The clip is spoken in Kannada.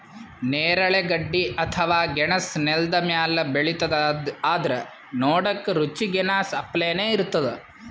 ನೇರಳೆ ಗಡ್ಡಿ ಅಥವಾ ಗೆಣಸ್ ನೆಲ್ದ ಮ್ಯಾಲ್ ಬೆಳಿತದ್ ಆದ್ರ್ ನೋಡಕ್ಕ್ ರುಚಿ ಗೆನಾಸ್ ಅಪ್ಲೆನೇ ಇರ್ತದ್